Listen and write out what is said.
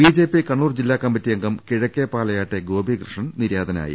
BJP Kannur ജില്ലാ committee അംഗം കിഴക്കേ പാലയാട്ടെ ഗോപീകൃഷ്ണൻ നിര്യാതനായി